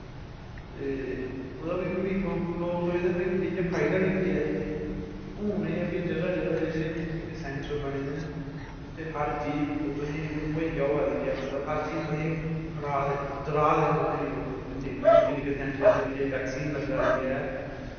ते ओह्दै पर बी लोग सोचदे हे भाई जाइयै फायदा बी केह् ऐ इत्थे हून एह् ऐ भाई जगह जगह जेह्ड़े निक्के निक्के सैंटर बने दे न उत्थै हर चीज तुसें ई मतलब महैया होआ दी ऐ मतलव हर चीज़ तुसें दला दे न तुसें ओह् निक्के निक्के सैंटरें बच्चे ई बैक्सीन लग्गा दी ऐ